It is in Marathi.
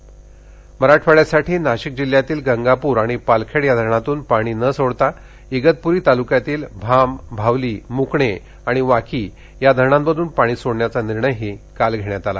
नाशिक पाणी मराठवाड्यासाठी नाशिक जिल्ह्यातील गंगापूर आणि पालखेड या धरणातून पाणी न सोडता इगतपूरी तालुक्यातील भाम भावली मुकणे आणि वाकी या धरणांमधन पाणी सोडण्याचा निर्णयही काल घेण्यात आला